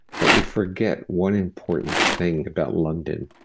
but we forgot one important thing about london.